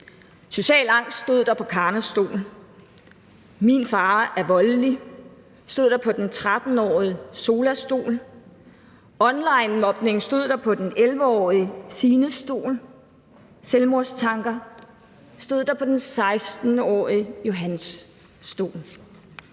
»Social angst« stod der på Karmas stol. »Min far er voldelig«, stod der på den 13-årige Solas stol. »Online-mobning« stod der på den 11-årige Sines stol. »Selvmordstanker« stod der på den 16-årige Johans stol.